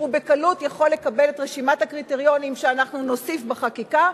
הוא בקלות יכול לקבל את רשימת הקריטריונים שאנחנו נוסיף בחקיקה,